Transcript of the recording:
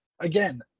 again